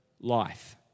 life